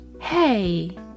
hey